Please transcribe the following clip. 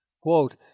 Quote